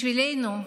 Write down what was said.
בשבילנו,